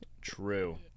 True